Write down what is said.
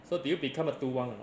so did you become a 毒王 or not